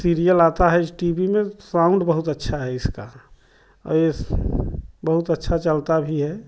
serial आता है इस टी वी में साउंड बहुत अच्छा है इसका यह बहुत अच्छा चलता भी है